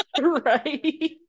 right